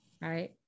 right